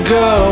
go